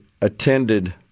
attended